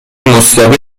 مستقیم